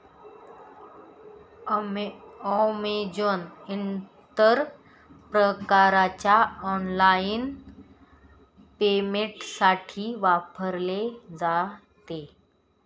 Amazon इतर प्रकारच्या online पेमेंटसाठी वापरले जाते